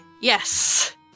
Yes